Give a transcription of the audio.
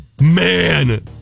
Man